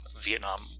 Vietnam